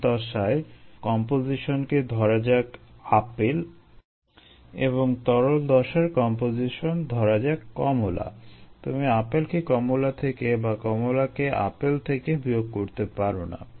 gas দশায় কম্পোজিশনকে ধরা যাক আপেল এবং তরল দশার কম্পোজিশন ধরা যাক কমলা তুমি আপেলকে কমলা থেকে বা কমলাকে আপেল থেকে বিয়োগ করতে পারো না